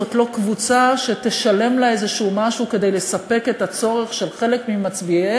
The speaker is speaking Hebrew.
זאת לא קבוצה שתשלם לה איזשהו משהו כדי לספק את הצורך של חלק ממצביעיהם